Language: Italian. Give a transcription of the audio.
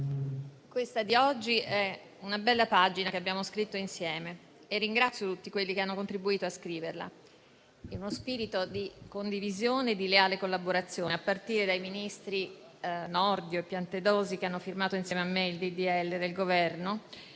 quella di oggi è una bella pagina che abbiamo scritto insieme. Io ringrazio tutti quelli che hanno contribuito a scriverla, in uno spirito di condivisione e di leale collaborazione, a partire dai ministri Nordio e Piantedosi, che hanno firmato, insieme a me, il disegno